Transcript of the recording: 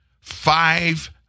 five